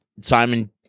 Simon